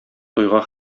туйга